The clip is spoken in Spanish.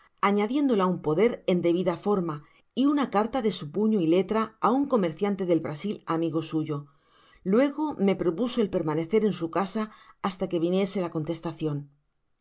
añadiéndola un poder en debida forma y una carta de su pudo y letra á un comerciante del brasil amigo suyo luego me propuso el permanecer en su casa hasta que viniese la contestacion